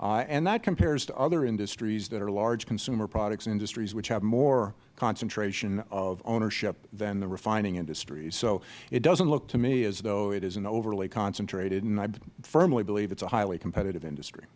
thirds and that compares to other industries that are large consumer products industries which have more concentration of ownership than the refining industry so it does not look to me as though it is an overly concentrated and i firmly believe it is a highly competitive industry